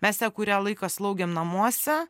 mes ją kurią laiką slaugėm namuose